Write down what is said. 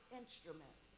instrument